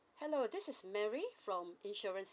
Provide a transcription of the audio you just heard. hello this is mary from insurance